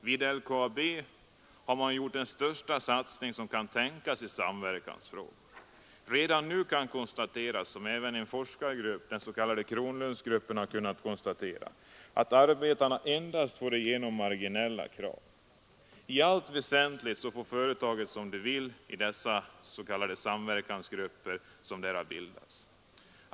Vid LKAB har man gjort den största satsning som kan tänkas i samverkansfrågor. Redan nu kan konstateras — som även en forskargrupp, den s.k. Kronlundsgruppen, konstaterat — att arbetarna endast får igenom marginella krav. I allt väsentligt får företaget som det vill i de samverkansgrupper som där har bildats.